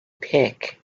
pic